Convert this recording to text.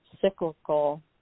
cyclical